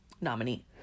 nominee